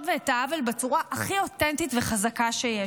ואת העוול בצורה הכי אותנטית וחזקה שיש.